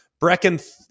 Brecken